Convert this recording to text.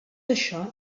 això